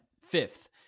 fifth